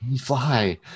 fly